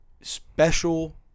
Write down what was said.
special